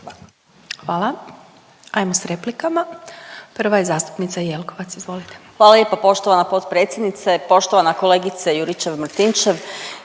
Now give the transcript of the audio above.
Hvala. Hajmo sa replikama. Prva je zastupnica Jelkovac, izvolite. **Jelkovac, Marija (HDZ)** Hvala lijepo poštovana potpredsjednice. Poštovana kolegice Juričev-Martinčev